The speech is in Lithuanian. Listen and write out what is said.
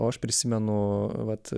o aš prisimenu vat